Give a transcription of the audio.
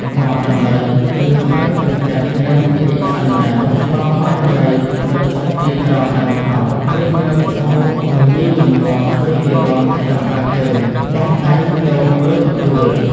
ហ្មដំរី ឮហើយពេញចិត្តនឹងពាក្យសន្យានោះ ក៏បរដំរីទៅឈប់ពីក្រោមដើមត្នោត រួចងើបឈរញញីញញ័រដូចគេរាំ ចំអើតជើង បោះដៃទៅលើទទួល។